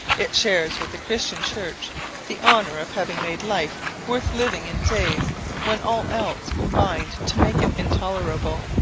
it shares with the christian church the honour of having made life worth living in days when all else combined to make it intolerable.